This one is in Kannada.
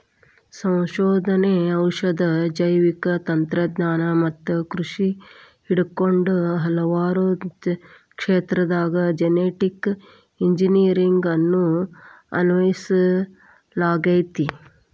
ಸಂಶೋಧನೆ, ಔಷಧ, ಜೈವಿಕ ತಂತ್ರಜ್ಞಾನ ಮತ್ತ ಕೃಷಿ ಹಿಡಕೊಂಡ ಹಲವಾರು ಕ್ಷೇತ್ರದಾಗ ಜೆನೆಟಿಕ್ ಇಂಜಿನಿಯರಿಂಗ್ ಅನ್ನು ಅನ್ವಯಿಸಲಾಗೆತಿ